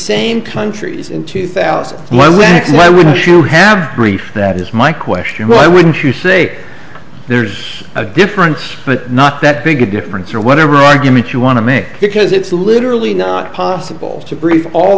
same countries in two thousand and one when you have brief that is my question why wouldn't you say there's a difference but not that big a difference or whatever argument you want to make because it's literally not possible to br